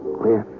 clear